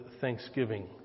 thanksgiving